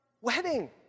wedding